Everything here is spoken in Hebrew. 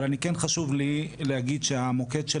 אבל אני כן חשוב לי להגיד שהמוקד של